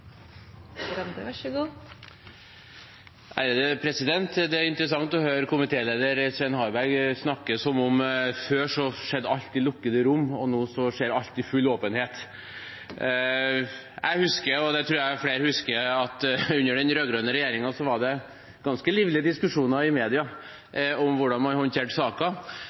interessant å høre komitéleder Svein Harberg snakke som om alt før skjedde i lukkede rom og alt nå skjer i full åpenhet. Jeg husker, og det tror jeg flere husker, at det under den rød-grønne regjeringen var ganske livlige diskusjoner i media om hvordan man håndterte